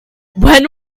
when